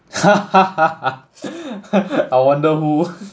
I wonder who